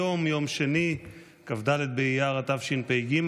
היום יום שני כ"ד באייר התשפ"ג,